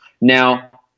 now